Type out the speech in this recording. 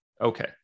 Okay